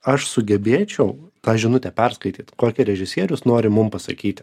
aš sugebėčiau tą žinutę perskaityt kokią režisierius nori mum pasakyti